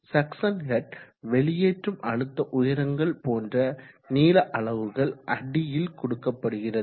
suction head வெளியேற்றும் அழுத்த உயரங்கள் போன்ற நீள அளவுகள் அடியில் கொடுக்கப்படுகிறது